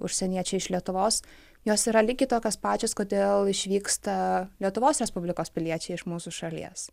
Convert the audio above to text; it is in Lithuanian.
užsieniečiai iš lietuvos jos yra lygiai tokios pačios kodėl išvyksta lietuvos respublikos piliečiai iš mūsų šalies